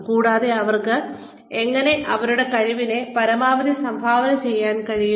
കൂടാതെ അവർക്ക് എങ്ങനെ അവരുടെ കഴിവിന്റെ പരമാവധി സംഭാവന ചെയ്യാൻ കഴിയും